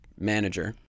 manager